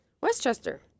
Westchester